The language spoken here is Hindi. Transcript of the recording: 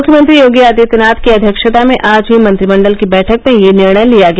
मुख्यमंत्री योगी आदित्यनाथ की अध्यक्षता में आज हुयी मंत्रिमण्डल की बैठक में यह निर्णय लिया गया